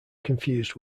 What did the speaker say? confused